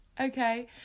okay